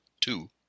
two